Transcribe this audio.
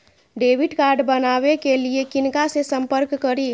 Debit card बनावे के लिए किनका से संपर्क करी?